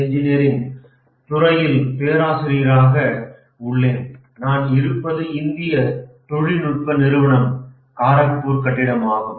இ துறையில் பேராசிரியராக உள்ளேன் நான் இருப்பது இந்திய தொழில்நுட்ப நிறுவனம் கரக்பூர் கட்டிடமாகும்